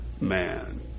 Man